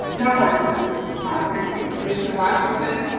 no questions at this time. commissioner washington.